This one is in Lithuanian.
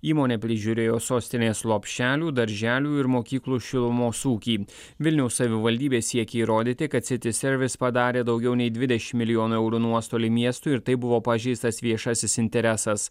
įmonė prižiūrėjo sostinės lopšelių darželių ir mokyklų šilumos ūkį vilniaus savivaldybė siekė įrodyti kad city service padarė daugiau nei dvidešimt milijonų eurų nuostolį miestui ir taip buvo pažeistas viešasis interesas